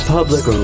Public